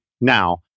now